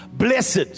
Blessed